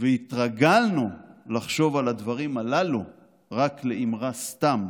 והתרגלנו לחשוב על הדברים הללו רק לאמרה סתם,